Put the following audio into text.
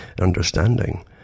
understanding